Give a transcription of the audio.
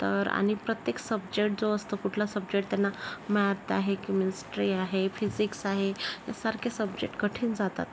तर आणि प्रत्येक सबजेट जो असतो कुठला सबजेट त्यांना मॅत आहे किमिस्ट्री आहे फिजिक्स आहे यासारख्या सबजेट कठीण जातात